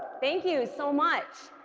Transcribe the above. thank you so much!